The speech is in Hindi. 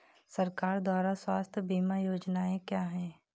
सरकार द्वारा स्वास्थ्य बीमा योजनाएं क्या हैं?